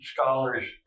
scholars